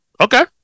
okay